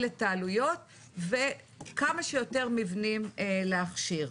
את העלויות וכמה שיותר מבנים להכשיר.